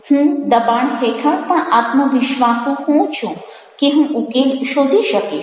હું દબાણ હેઠળ પણ આત્મવિશ્વાસુ હોઉં છું કે હું ઉકેલ શોધી શકીશ